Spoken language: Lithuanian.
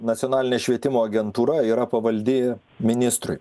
nacionalinė švietimo agentūra yra pavaldi ministrui